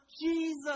Jesus